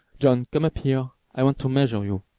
john, come up here, i want to measure you.